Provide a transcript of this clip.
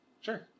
Sure